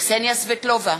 קסניה סבטלובה,